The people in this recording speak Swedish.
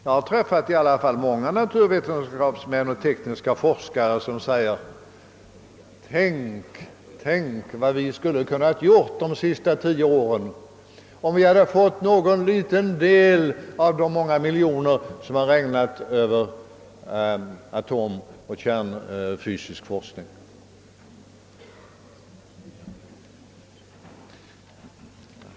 Jag har i varje fall träffat många naturvetenskapsmän och tekniska forskare som säger: Tänk, vad vi skulle ha kunnat göra de senaste tio åren, om vi hade fått någon liten del av de många miljoner som har regnat över atomforskning och kärnfysisk forskning!